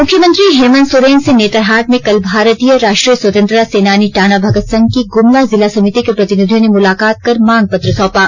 मुख्यमंत्री हेमन्त सोरेन से नेतरहाट में कल भारतीय राष्ट्रीय स्वतंत्रता सेनानी टाना भगत संघ की ग्रमला जिला समीति के प्रतिनिधियों ने मुलाकात कर मांग पत्र सौंपा